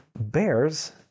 Bears